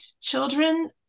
children